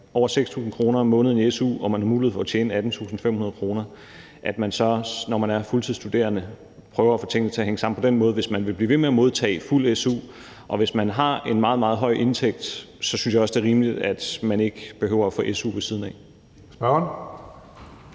over 6.000 kr. om måneden i su og man har mulighed for at tjene 18.000 kr., at man så, når man er fuldtidsstuderende, prøver at få tingene til at hænge sammen på den måde, hvis man vil blive ved med at modtage fuld su. Hvis man har en meget, meget høj indtægt, synes jeg også, det er rimeligt, at man ikke behøver at få su ved siden af.